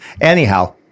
Anyhow